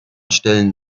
stellen